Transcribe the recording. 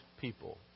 people